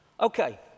Okay